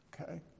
okay